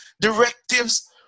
directives